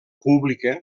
pública